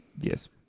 Yes